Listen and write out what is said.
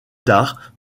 tard